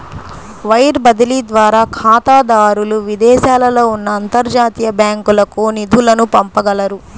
wire బదిలీ ద్వారా ఖాతాదారులు విదేశాలలో ఉన్న అంతర్జాతీయ బ్యాంకులకు నిధులను పంపగలరు